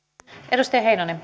arvoisa